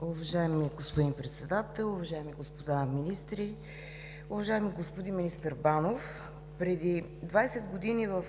Уважаеми господин Председател, уважаеми господа министри! Уважаеми господин министър Банов, преди 20 години в